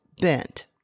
bent